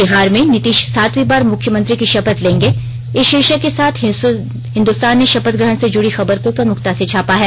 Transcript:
बिहार में नीतीश सातवीं बार मुख्यमंत्री की शपथ लेंगे इस शीर्षक के साथ हिन्दुस्तान ने शपथ ग्रहण से जुड़ी खबर को प्रमुखता से छापा है